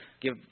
give